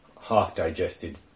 half-digested